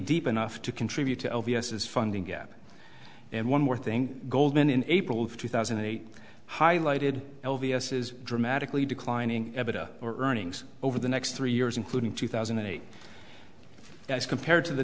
deep enough to contribute to o b s is funding gap and one more thing goldman in april of two thousand and eight highlighted l v s is dramatically declining or earnings over the next three years including two thousand and eight as compared to the